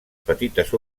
petites